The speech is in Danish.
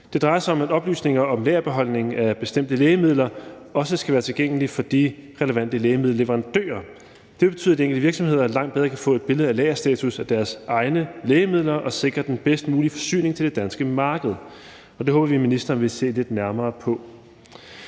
Det drejer sig om, at oplysninger om lagerbeholdningen af bestemte lægemidler også skal være tilgængelige for de relevante lægemiddelleverandører. Det vil betyde, at de enkelte virksomheder langt bedre kan få et billede af lagerstatus over deres egne lægemidler og sikre den bedst mulige forsyning til det danske marked, og det håber vi at ministeren vil se lidt nærmere på.